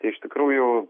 iš tikrųjų